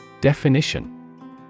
Definition